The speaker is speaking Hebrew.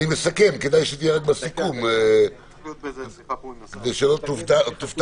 עם ישראל מחכה לתוכנית הזו ולא ייתכן